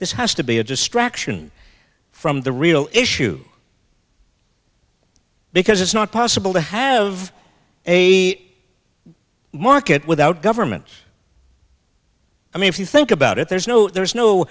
this has to be a distraction from the real issue because it's not possible to have a market without government i mean if you think about it there's no there's no